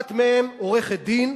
אחת מהן עורכת-דין,